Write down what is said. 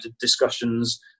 discussions